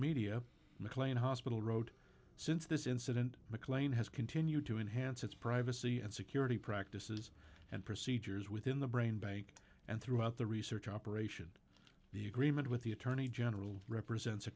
media mclean hospital wrote since this incident mclean has continued to enhance its privacy and security practices and procedures within the brain bank and throughout the research operation the agreement with the attorney general represents a